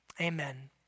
Amen